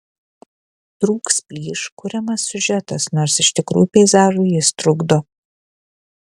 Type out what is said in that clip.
trūks plyš kuriamas siužetas nors iš tikrųjų peizažui jis trukdo